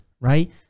right